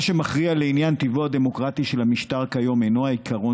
מה שמכריע לעניין טיבו הדמוקרטי של המשטר כיום אינו העיקרון